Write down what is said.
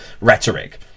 rhetoric